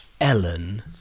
Ellen